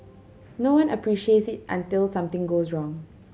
no one appreciates it until something goes wrong